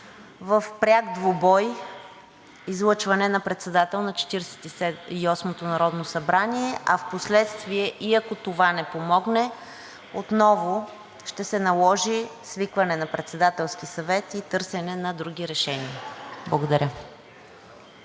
пряк двубой излъчване на председател на Четиридесет и осмото народно събрание, а впоследствие, ако и това не помогне, отново ще се наложи свикване на Председателския съвет и търсене на други решения. Благодаря.